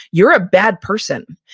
you're a bad person.